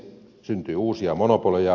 syntyy uusia monopoleja